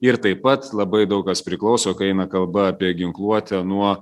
ir taip pat labai daug kas priklauso kai eina kalba apie ginkluotę nuo